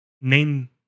name